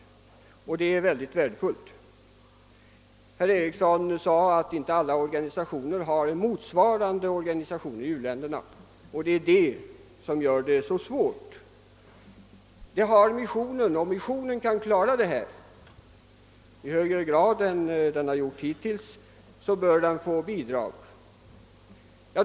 Det vore mycket värdefullt. Herr Ericson i Örebro tillade emellertid att inte alla organisationer här hemma har en motsvarande sammanslutning i u-länderna, och det är den saken som gör det så svårt. Men vi har missionen, och om den kan klara uppgifterna i högre grad än hittills, så bör den få större bidrag.